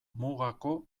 mugako